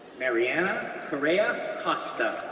mariana correa costa,